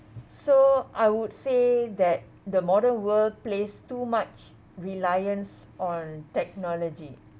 so I would say that the modern world place too much reliance on technology